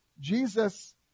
Jesus